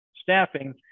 staffing